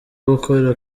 gukora